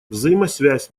взаимосвязь